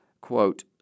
quote